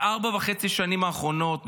בארבע וחצי השנים האחרונות,